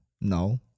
No